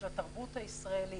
של התרבות הישראלית,